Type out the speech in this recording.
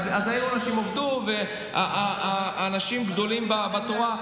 אז היום אנשים עבדו, ואנשים גדולים בתורה,